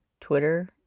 Twitter